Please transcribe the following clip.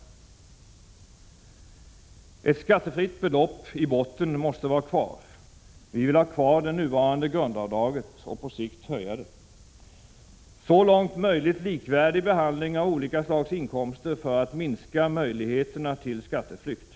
o Ett skattefritt belopp i botten måste vara kvar. Vi vill ha kvar det nuvarande grundavdraget och på sikt höja det. Oo Så långt möjligt likvärdig behandling av olika slags inkomster för att minska möjligheterna till skatteflykt.